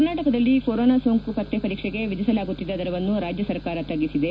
ಕರ್ನಾಟಕದಲ್ಲಿ ಕೊರೋನಾ ಸೋಂಕು ಪತ್ತೆ ಪರೀಕ್ಷೆಗೆ ವಿಧಿಸಲಾಗುತ್ತಿದ್ದ ದರವನ್ನು ರಾಜ್ಯ ಸರ್ಕಾರ ತಗ್ಗಿಸಿದೆ